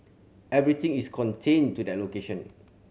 everything is contained to that location